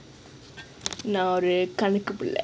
ந ஒரு கணக்கு பிள்ளை:naa oru kanakku pilla